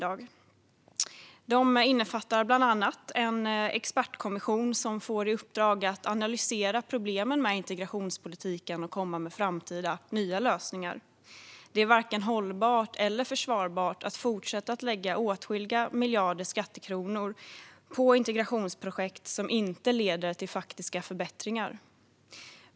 De innefattar bland annat inrättandet av en expertkommission som får i uppdrag att analysera problemen med integrationspolitiken och föreslå framtida, nya lösningar. Det är varken hållbart eller försvarbart att fortsätta lägga åtskilliga miljarder skattekronor på integrationsprojekt som inte leder till faktiska förbättringar.